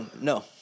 No